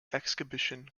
exhibition